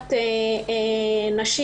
תעסוקת נשים.